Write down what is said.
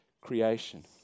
creation